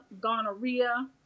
gonorrhea